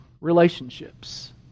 relationships